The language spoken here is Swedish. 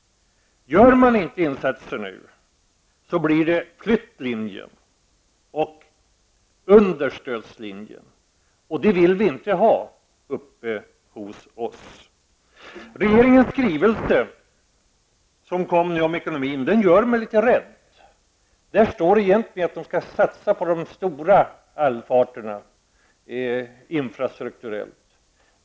Gör man inte insatser nu blir det i stället flyttlinjen och understödslinjen. Det vill vi inte ha uppe hos oss. Regeringens skrivelse, som kom nu, om ekonomin gör mig litet rädd. Där står egentligen att man skall satsa på de stora allfarterna infrastrukturellt.